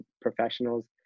professionals